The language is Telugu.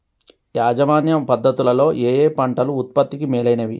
యాజమాన్య పద్ధతు లలో ఏయే పంటలు ఉత్పత్తికి మేలైనవి?